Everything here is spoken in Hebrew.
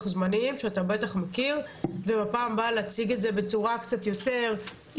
זמנים ובפעם הבאה להציג את זה בצורה יותר מפורטת,